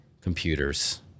computers